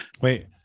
wait